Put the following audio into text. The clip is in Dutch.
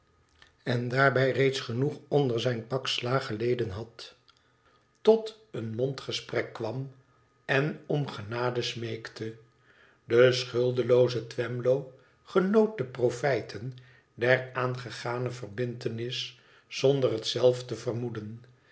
en daarbij reeds genoeg onder zijn pak slaag geleden had tot een mondgesprek kwam en om genade smeekte de schuldélooze twemlow ge noot de profijten deraangegane verbintenis zonder het zelf te vermoeden